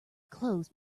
clothes